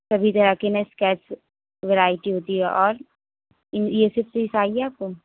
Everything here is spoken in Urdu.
سبھی طرح کے نا اسکیچ ورایٹی ہوتی ہے اور ان یہ چاہیے آپ کو